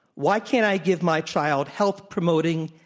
why can't i give my child health-promoting,